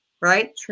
right